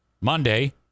Monday